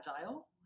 agile